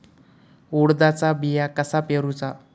उडदाचा बिया कसा पेरूचा?